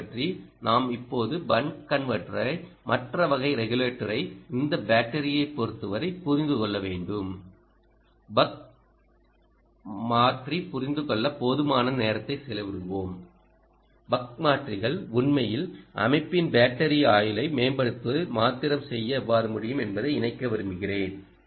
ஓவைப் பற்றி நாம் இப்போது பக் கன்வெர்ட்டரான மற்ற வகை ரெகுலேட்டரை இந்த பேட்டரியைப் பொறுத்தவரைப் புரிந்து கொள்ள வேண்டும் பக் மாற்றி புரிந்துகொள்ள போதுமான நேரத்தை செலவிடுவோம் பக் மாற்றிகள் உண்மையில் அமைப்பின் பேட்டரி ஆயுளை மேம்படுத்துவதில் மந்திரம் செய்ய எவ்வாறு முடியும் என்பதை இணைக்க விரும்புகிறேன்